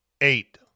eight